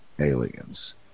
aliens